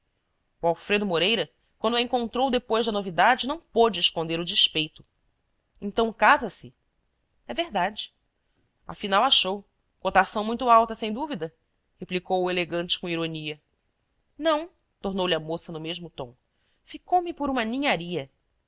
o alfredo moreira quando a encontrou depois da novidade não pôde esconder o despeito então casa-se é verdade afinal achou cotação muito alta sem dúvida replicou o elegante com ironia não tornou lhe a moça no mesmo tom ficou-me por uma ninharia